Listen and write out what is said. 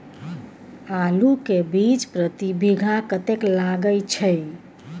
आलू के बीज प्रति बीघा कतेक लागय छै?